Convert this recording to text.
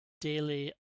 daily